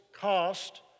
cost